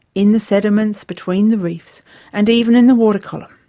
in the sediments between the reefs and even in the water column.